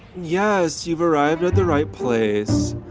yes, you've arrived at the right place.